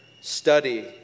study